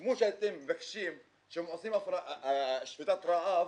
כמו שאתם מבקשים כשהם עושים שביתת רעב